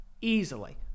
Easily